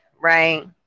right